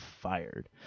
fired